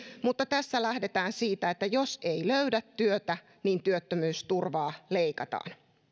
mutta tässä lähdetään siitä että jos ei löydä työtä niin työttömyysturvaa leikataan